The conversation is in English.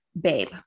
Babe